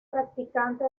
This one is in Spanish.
practicante